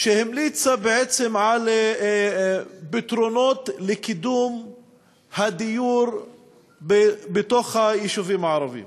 שהמליץ בעצם על פתרונות לקידום הדיור ביישובים הערביים.